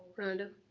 rhonda